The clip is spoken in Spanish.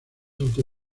auto